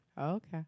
Okay